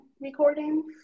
recordings